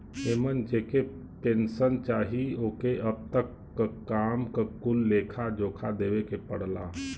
एमन जेके पेन्सन चाही ओके अब तक क काम क कुल लेखा जोखा देवे के पड़ला